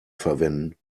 verwenden